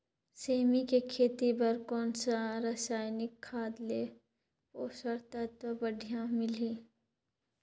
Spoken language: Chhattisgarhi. सेमी के खेती बार कोन सा रसायनिक खाद ले पोषक तत्व बढ़िया मिलही?